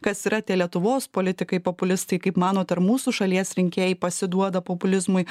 kas yra tie lietuvos politikai populistai kaip manot ar mūsų šalies rinkėjai pasiduoda populizmui